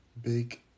Big